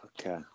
Okay